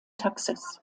taxis